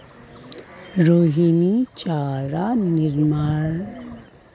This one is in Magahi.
रोहिणी चारा निर्मानेर व्यवसाय शुरू करवा चाह छ